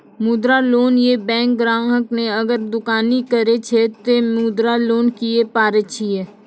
मुद्रा लोन ये बैंक ग्राहक ने अगर दुकानी करे छै ते मुद्रा लोन लिए पारे छेयै?